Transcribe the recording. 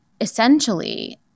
essentially